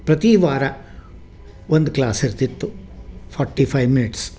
ಪ್ರತಿ ವಾರ ಒಂದು ಕ್ಲಾಸ್ ಇರ್ತಿತ್ತು ಫಾರ್ಟಿ ಫೈವ್ ಮಿನಿಟ್ಸ್